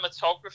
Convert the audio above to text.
cinematography